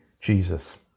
Jesus